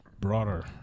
broader